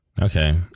Okay